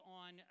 on